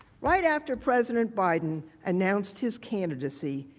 right after president biden announced his candidacy,